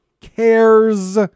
cares